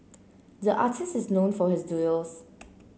the artist is known for his doodles